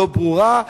לא ברורה,